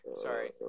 Sorry